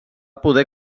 poder